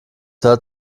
hört